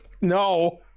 No